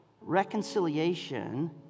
Reconciliation